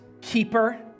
keeper